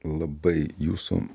labai jūsų